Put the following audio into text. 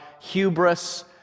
hubris